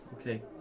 Okay